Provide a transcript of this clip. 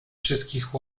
wszystkich